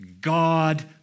God